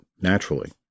naturally